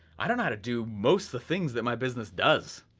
i don't know how to do most of the things that my business does,